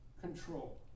control